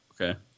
Okay